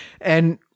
And-